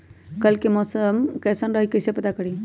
कल के मौसम कैसन रही कई से पता करी?